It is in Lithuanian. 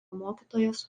mokytojas